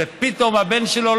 ופתאום הבן שלו,